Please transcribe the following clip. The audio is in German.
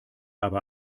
aber